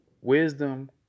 Wisdom